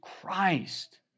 Christ